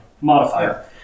modifier